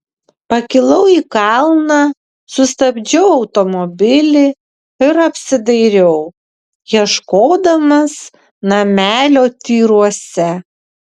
pakilau į kalną sustabdžiau automobilį ir apsidairiau ieškodamas namelio tyruose